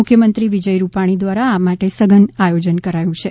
મુખ્યમંત્રી વિજય રૂપાણી દ્વારા આ માટે સઘન આયોજન કરાયું છે